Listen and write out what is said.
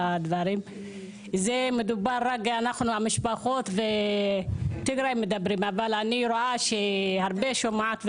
אנחנו המשפחות בטיגריי, אני רואה ושומעת הרבה,